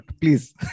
please